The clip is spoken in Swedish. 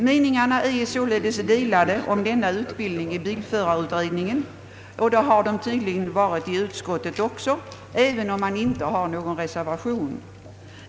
Meningarna är således delade om denna utbildning i bilförarutredningen, och det har de tydligen varit i utskottet också, även om det inte finns någon reservation.